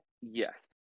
yes